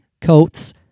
coats